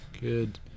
Good